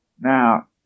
Now